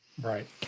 Right